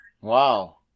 Wow